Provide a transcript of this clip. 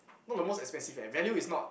not the most expensive eh value is not